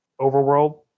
overworld